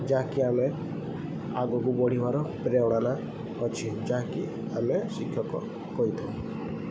ଯାହାକି ଆମେ ଆଗକୁ ବଢ଼ିବାର ପ୍ରେରଣା ଅଛି ଯାହାକି ଆମେ ଶିକ୍ଷକ କହିଥାଉ